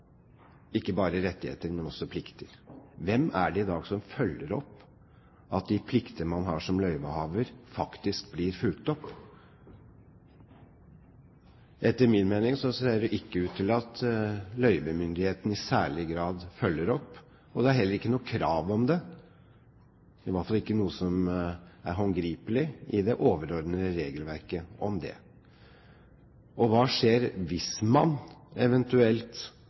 ikke bare rettigheter, men også plikter. Hvem er det i dag som følger opp at de plikter man har som løyvehaver, faktisk blir fulgt opp? Etter min mening ser det ikke ut til at løyvemyndighetene i særlig grad følger opp. Det er heller ikke noe krav om det – det er i hvert fall ikke noe som er håndgripelig i det overordnede regelverket om det. Hva skjer hvis man eventuelt